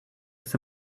his